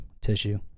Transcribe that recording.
tissue